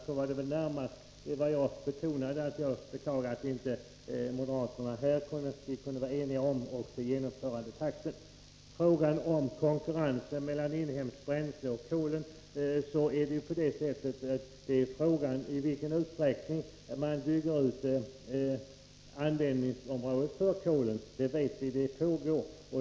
När det gäller kolskatterna beklagade jag att moderaterna inte kunde vara eniga med oss också om genomförandetakten. Konkurrensen mellan inhemska bränslen och kol hänger samman med i vilken utsträckning man bygger ut användningsområdet för kol. Vi vet att den utbyggnaden pågår.